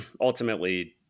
ultimately